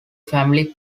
family